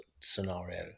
scenario